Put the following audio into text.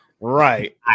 right